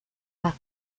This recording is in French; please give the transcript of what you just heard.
paris